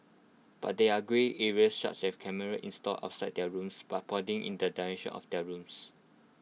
but there are grey areas such as cameras installed outside their rooms but pointing in the direction of their rooms